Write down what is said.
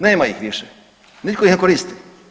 Nema ih više, nitko ih ne koristi.